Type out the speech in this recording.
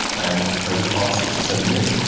and over the past six or seven years,